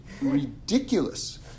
ridiculous